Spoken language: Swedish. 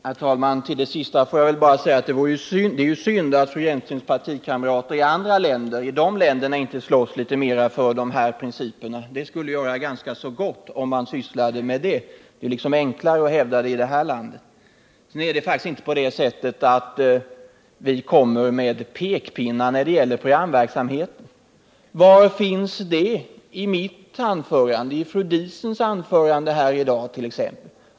Herr talman! Till det sista får jag bara säga att det är synd att fru Hjelmströms partikamrater i andra länder inte slåss litet mer för dessa principer. Det skulle göra ganska gott om man sysslade med det. Det är liksom enklare att hävda de principerna i det här landet. Sedan är det faktiskt inte så, att vi kommer med pekpinnar när det gäller programverksamheten. Var fanns de i mitt anförande eller i fru Diesens anförande här i dag t.ex.?